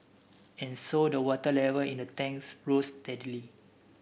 and so the water level in the tanks rose steadily